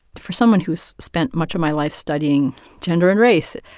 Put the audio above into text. for someone who's spent much of my life studying gender and race,